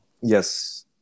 Yes